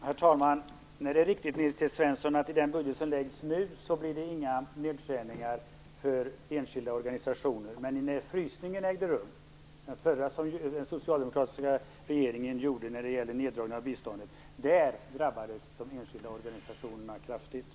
Herr talman! Det är riktigt, Nils T Svensson, att det i den budget som nu läggs inte blir några nedskärningar för enskilda organisationer. Men när frysningen ägde rum, som den socialdemokratiska regeringen gjorde när det gällde neddragning av biståndet, drabbades de enskilda organisationerna kraftigt.